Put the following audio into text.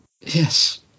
yes